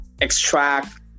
extract